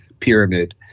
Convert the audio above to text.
pyramid